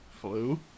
Flu